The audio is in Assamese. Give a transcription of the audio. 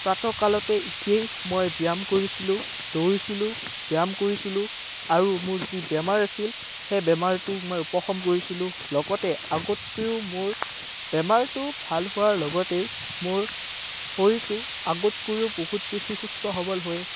প্ৰাতঃকালতে উঠিয়েই মই ব্যায়াম কৰিছিলোঁ দৌৰিছিলোঁ ব্যায়াম কৰিছিলোঁ আৰু মোৰ যি বেমাৰ আছিল সেই বেমাৰটো মই উপশম কৰিছিলোঁ লগতে আগতকৈও মোৰ বেমাৰটো ভাল হোৱাৰ লগতেই মোৰ শৰীৰটো আগতকৈও বহুত বেছি সুস্থ সবল হৈ